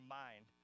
mind